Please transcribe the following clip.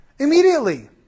Immediately